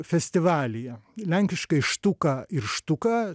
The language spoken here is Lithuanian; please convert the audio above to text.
festivalyje lenkiškai štuka ir štuka